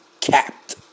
capped